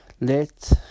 let